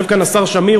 יושב כאן השר שמיר,